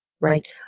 right